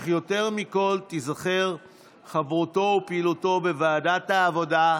אך יותר מכל תיזכר חברותו ופעילותו בוועדת העבודה,